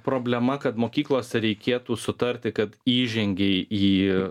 problema kad mokyklose reikėtų sutarti kad įžengei į